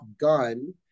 gun